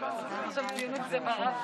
כנסת נכבדה,